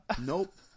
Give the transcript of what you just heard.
Nope